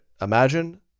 Imagine